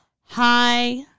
hi